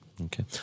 okay